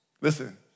Listen